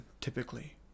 typically